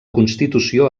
constitució